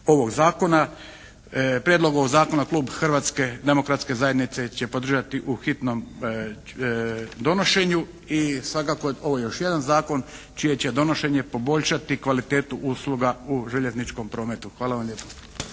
ovog zakona. Prijedlog ovog zakona klub Hrvatske demokratske zajednice će podržati u hitnom donošenju i svakako ovo je još jedan zakon čije će donošenje poboljšati kvalitetu usluga u željezničkom prometu. Hvala lijepa.